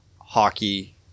hockey